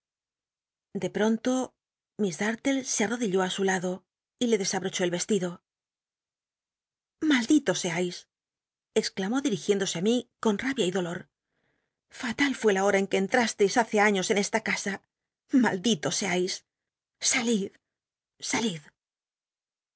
de pronto miss darlle se arrodilló ú su lado y le clesablocbó el vestido lfaldilo seais exclamó dirigiéndose á mí con rabia y dolor fatal fué la hora en que entrasteis hace años en esta casa maldito seais salid